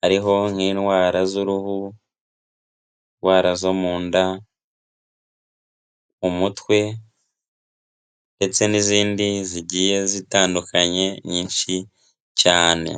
hariho nk'indwara z'uruhu, indwara zo mu nda, umutwe ndetse n'izindi zigiye zitandukanye nyinshi cyane.